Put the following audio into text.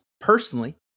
personally